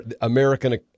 American